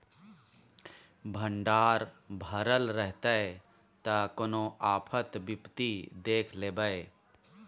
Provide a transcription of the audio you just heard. भंडार भरल रहतै त कोनो आफत विपति देख लेबै